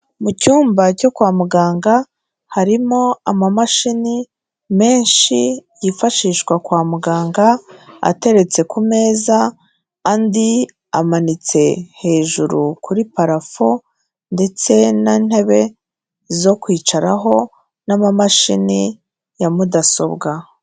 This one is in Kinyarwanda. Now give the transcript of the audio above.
Mu cyumba cyo kwa muganga harimo ama mashini menshi yifashishwa kwa muganga ateretse ku meza, andi amanitse hejuru kuri parafo ndetse n'intebe zo kwicaraho n'amamashini ya mudasobwa.